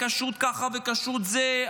כשרות ככה וכשרות זה,